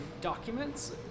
documents